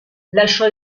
lasciò